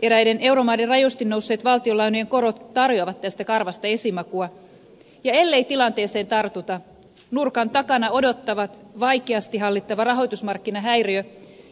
eräiden euromaiden rajusti nousseet valtionlainojen korot tarjoavat tästä karvasta esimakua ja ellei tilanteeseen tartuta nurkan takana odottaa vaikeasti hallittava rahoitusmarkkinahäiriö